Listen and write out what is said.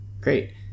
great